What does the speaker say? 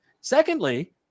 Secondly